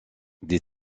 des